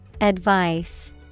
Advice